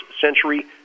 century